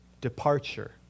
departure